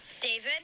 David